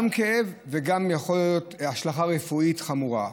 גם כאב וגם יכולה להיות השלכה רפואית חמורה.